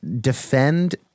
defend